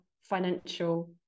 financial